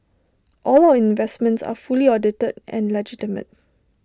all of investments are fully audited and legitimate